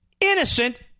innocent